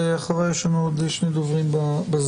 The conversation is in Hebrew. ואחריה יש לנו עוד שני דוברים בזום.